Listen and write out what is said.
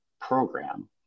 program